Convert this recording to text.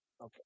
Okay